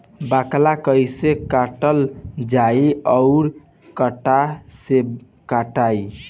बाकला कईसे काटल जाई औरो कट्ठा से कटाई?